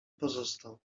pozostał